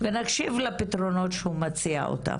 ונקשיב לפתרונות שהוא מציע אותם.